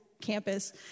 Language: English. campus